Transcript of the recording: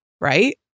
Right